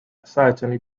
certainly